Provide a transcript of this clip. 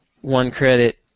one-credit